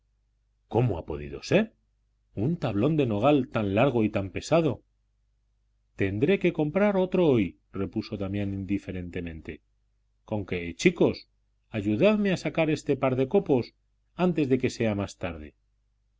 cómo ha podido ser un tablón de nogal tan largo y tan pesado tendré que comprar hoy otro repuso damián indiferentemente conque chicos ayudadme a sacar este par de copos antes que sea más tarde